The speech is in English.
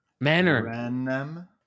Manner